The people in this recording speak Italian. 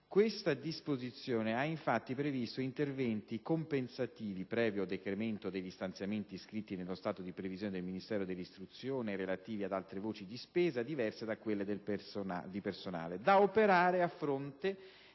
Questa disposizione ha, infatti, previsto interventi compensativi, previo decremento degli stanziamenti iscritti nello stato di previsione del Ministero dell'istruzione relativi ad altre voci di spesa diverse da quelle di personale, da operare a fronte